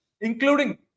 including